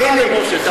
זה מתוך הערכה למשה.